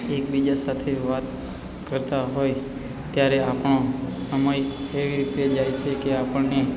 એકબીજા સાથે વાત કરતાં હોય ત્યારે આપણો સમય એવી રીતે જાય છે કે આપણને